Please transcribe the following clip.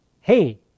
Hey